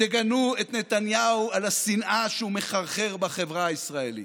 תגנו את נתניהו על השנאה שהוא מחרחר בחברה הישראלית.